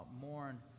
mourn